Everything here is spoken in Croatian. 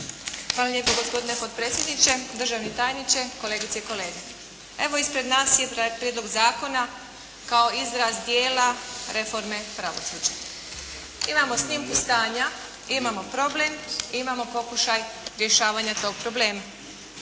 Hvala lijepa gospodine potpredsjedniče, državni tajniče, kolegice i kolege. Evo ispred nas je prijedlog zakona kao izraz dijela reforme pravosuđa. Imamo snimku stanja, imamo problem i imamo pokušaj rješavanja tog problema.